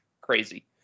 crazy